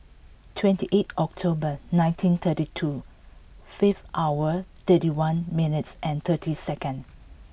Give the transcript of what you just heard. twenty eight October nineteen thirty two five hour thirty one minutes and thirty second